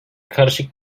karışık